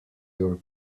your